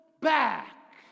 back